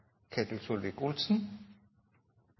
Ketil